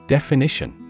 Definition